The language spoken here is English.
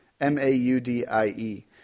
M-A-U-D-I-E